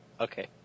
Okay